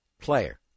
player